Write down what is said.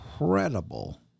incredible